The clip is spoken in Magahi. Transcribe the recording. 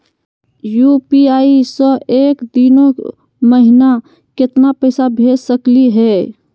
यू.पी.आई स एक दिनो महिना केतना पैसा भेज सकली हे?